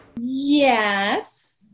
Yes